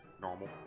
normal